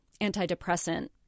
antidepressant